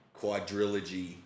quadrilogy